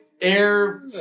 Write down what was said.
air